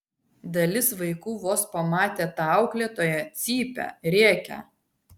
dalis vaikų vos pamatę tą auklėtoją cypia rėkia